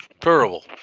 terrible